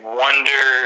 wonder